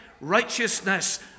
righteousness